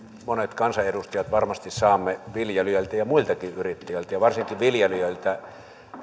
monet kansanedustajat varmasti saamme viljelijöiltä ja muiltakin yrittäjiltä ja varsinkin viljelijöiltä